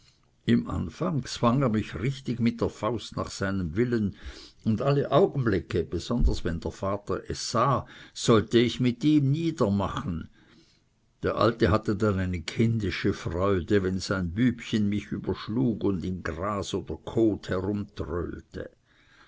im anfang zwang er mich richtig mit der faust nach seinem willen und alle augenblicke besonders wenn der vater es sah sollte ich mit ihm niedermachen der alte hatte dann eine kindische freude wenn sein bübchen mich überschlug und im gras oder kot